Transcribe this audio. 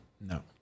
No